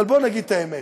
אבל בוא נגיד את האמת: